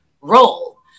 role